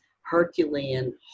Herculean